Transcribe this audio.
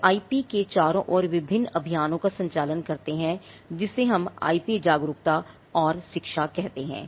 वे IP के चारों ओर विभिन्न अभियानों का संचालन करते हैं जिसे हम आईपी जागरूकता और शिक्षा कहते हैं